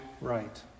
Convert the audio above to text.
right